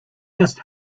just